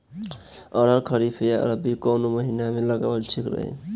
अरहर खरीफ या रबी कवने महीना में लगावल ठीक रही?